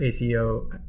ACO